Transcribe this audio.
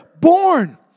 born